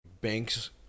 banks